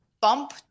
bump